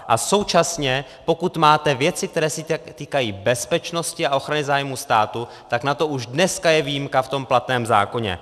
A současně pokud máte věci, které se týkají bezpečnosti a ochrany zájmu státu, tak na to už dneska je výjimka v tom platném zákoně.